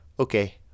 Okay